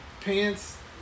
pants